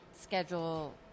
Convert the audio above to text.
schedule